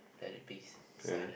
let it be silent